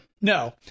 No